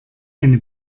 eine